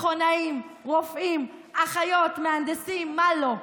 מכונאים, רופאים, אחיות, מהנדסים, מה לא.